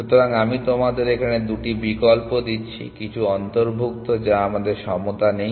সুতরাং আমি তোমাদের এখানে দুটি বিকল্প দিচ্ছি কিছু অন্তর্ভুক্ত যা আমাদের সমতা নেই